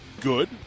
good